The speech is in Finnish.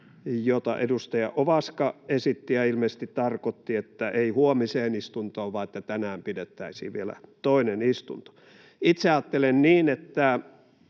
mitä edustaja Ovaska esitti, ja ilmeisesti hän tarkoitti, että ei huomiseen istuntoon, vaan että tänään pidettäisiin vielä toinen istunto? Itse ajattelen, että